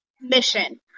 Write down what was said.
mission